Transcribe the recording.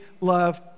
love